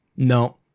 No